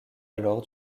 alors